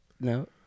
No